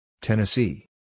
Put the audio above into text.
Tennessee